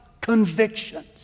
convictions